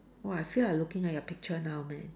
!wah! I feel like looking at your picture now man